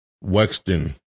Wexton